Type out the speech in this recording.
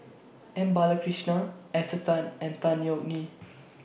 M Balakrishnan Esther Tan and Tan Yeok Nee